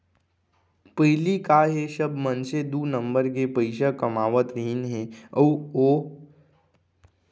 पहिली का हे सब मनसे दू नंबर के पइसा कमावत रहिन हे अउ कर नइ पटात रहिन